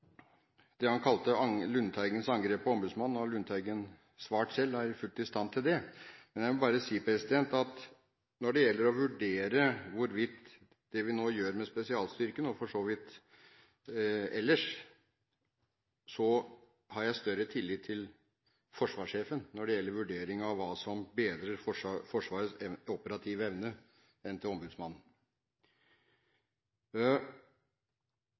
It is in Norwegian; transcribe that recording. det han kalte Lundteigens angrep på Ombudsmannen, har Lundteigen svart selv og er fullt i stand til det, men jeg må bare si at når det gjelder å vurdere hvorvidt det vi nå gjør med spesialstyrkene – og for så vidt ellers – så har jeg større tillit til forsvarssjefen når det gjelder vurdering av hva som bedrer Forsvarets operative evne, enn til Ombudsmannen.